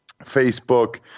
Facebook